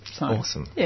Awesome